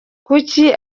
kuki